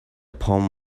poem